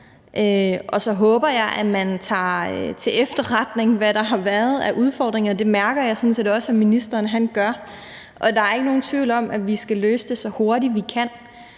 Og så håber jeg, at man tager til efterretning, hvad der har været af udfordringer, og det mærker jeg sådan set også at ministeren gør. Der er ikke nogen tvivl om, at vi skal løse det, så hurtigt vi kan,